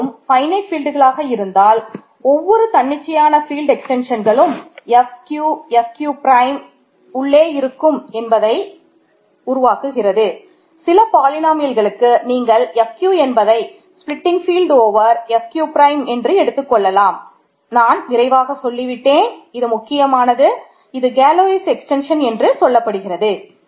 இரண்டும் ஃபைனட் என்று சொல்லப்படுகிறது